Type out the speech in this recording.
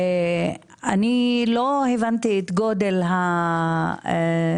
אני לא הבנתי את גודל העניין,